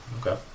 Okay